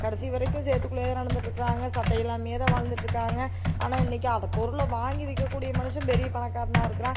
கடைசி வரைக்கும் சேர்த்துக்குள்ளே நடந்துட்டுருக்குறாங்க சட்டை இல்லாமயே தான் வாழ்ந்துட்ருக்காங்க ஆனால் இன்னைக்கு அந்த பொருளை வாங்கி விறக் கூடிய மனுசன் பெரிய பணக்காரனாக இருக்குறான்